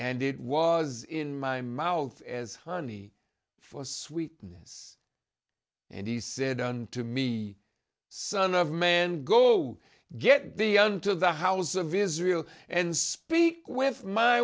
and it was in my mouth as honey for sweetness and he said unto me son of man go get the un to the house of israel and speak with my